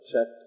check